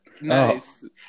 nice